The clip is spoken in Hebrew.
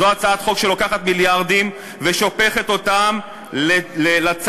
זו הצעת חוק שלוקחת מיליארדים ושופכת אותם לצד